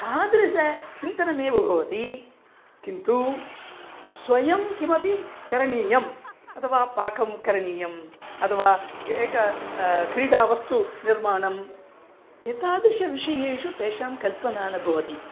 तादृशचिन्तनमेव भवति किन्तु स्वयं किमपि करणीयम् अथवा पाकं करणीयम् अथवा एका क्रीडा वस्तुनिर्माण् एतादृश विषयेषु तेषां कल्पना न भवति